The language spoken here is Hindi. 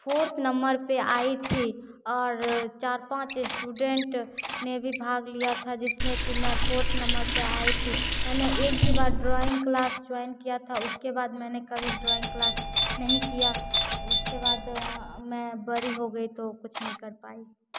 फोर्थ नम्बर पे आई थी और चार पांच स्टूडेंट ने भी भाग लिया था जिसमें कि मैं फोर्थ नम्बर पे आई थी मैंने एक के बाद ड्राइंग क्लास जुवाइन किया था उसके बाद मैंने कभी ड्राइंग क्लास नहीं किया उसके बाद मैं बड़ी हो गई तो कुछ नहीं कर पायी